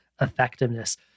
effectiveness